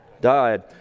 died